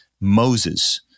Moses